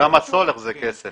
גם הסולר הוא כסף.